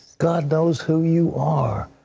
god knows who you are.